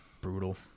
brutal